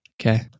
Okay